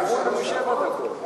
אמרו לנו שבע דקות.